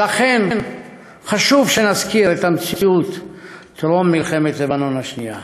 ולכן חשוב שנזכיר את המציאות טרום מלחמת לבנון השנייה.